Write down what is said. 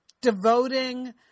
devoting